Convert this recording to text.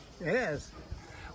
Yes